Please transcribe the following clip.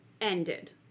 ended